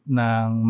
ng